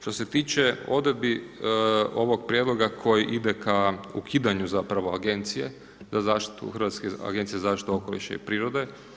Što se tiče odredbi ovog prijedlog koji ide ka ukidanju zapravo agencije za zaštitu, Hrvatske agencije za zaštitu okoliša i prirode.